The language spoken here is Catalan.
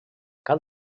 cal